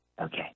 Okay